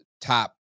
top